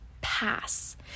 pass